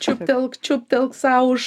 čiuptelk čiuptelk sau už